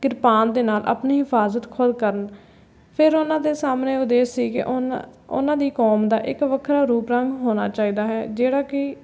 ਕਿਰਪਾਨ ਦੇ ਨਾਲ ਆਪਣੀ ਹਿਫਾਜ਼ਤ ਖੁਦ ਕਰਨ ਫੇਰ ਉਨ੍ਹਾਂ ਦੇ ਸਾਹਮਣੇ ਉਦੇਸ਼ ਸੀ ਕਿ ਉਨ ਉਨ੍ਹਾਂ ਦੀ ਕੌਮ ਦਾ ਇੱਕ ਵੱਖਰਾ ਰੂਪ ਰੰਗ ਹੋਣਾ ਚਾਹੀਦਾ ਹੈ ਜਿਹੜਾ ਕਿ